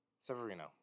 Severino